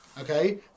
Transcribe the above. Okay